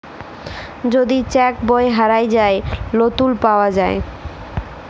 যদি চ্যাক বই হারাঁয় যায়, লতুল পাউয়া যায়